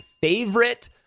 favorite